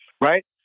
right